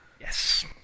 Yes